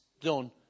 Done